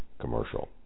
Commercial